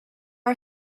are